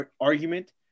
argument